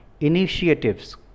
initiatives